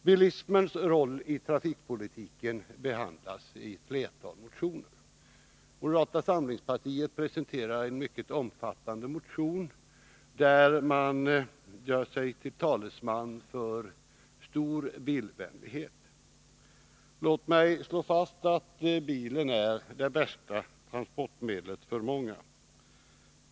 Bilismens roll i trafikpolitiken behandlas i ett flertal motioner. Moderata samlingspartiet presenterar en mycket omfattande motion, där man ger uttryck för stor bilvänlighet. Låt mig slå fast att bilen är det bästa transportmedlet för många.